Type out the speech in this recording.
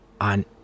on